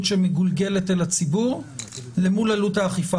שמגולגלת אל הציבור אל מול עלות האכיפה.